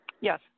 Yes